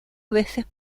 veces